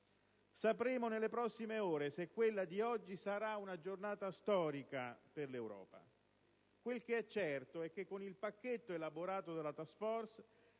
Sapremo nelle prossime ore se quella di oggi sarà una giornata storica per l'Europa. Quel che è certo è che con il pacchetto elaborato dalla *task force*